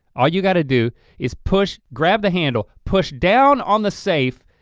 all you gotta do is push, grab the handle, push down on the safe.